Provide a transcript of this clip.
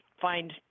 find